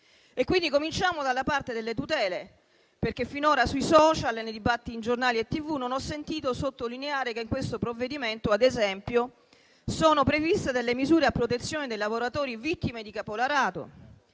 Cominciamo quindi dalla parte delle tutele, perché finora sui *social* e nei dibattiti su giornali e TV non ho sentito sottolineare che in questo provvedimento, ad esempio, sono previste delle misure a protezione dei lavoratori vittime di caporalato;